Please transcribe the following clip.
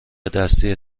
دستی